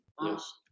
Yes